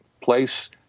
place